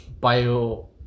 bio